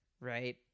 right